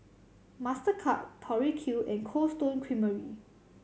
Mastercard Tori Q and Cold Stone Creamery